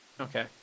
Okay